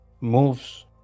moves